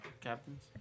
captains